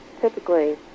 typically